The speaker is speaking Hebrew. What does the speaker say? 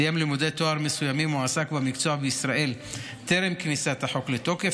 סיים לימודי תואר מסוימים או עסק במקצוע בישראל טרם כניסת החוק לתוקף,